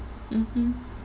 mmhmm